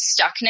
stuckness